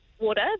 water